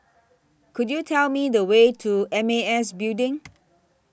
Could YOU Tell Me The Way to M A S Building